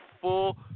full